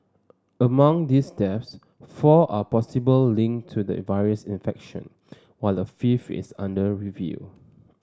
among these deaths four are possible linked to the virus infection while a fifth is under review